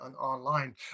online